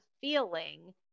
feeling